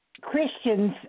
Christians